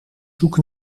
zoek